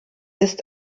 ist